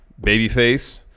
babyface